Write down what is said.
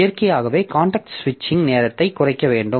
இயற்கையாகவே காண்டெக்ஸ்ட் சுவிட்ச் நேரத்தைக் குறைக்க வேண்டும்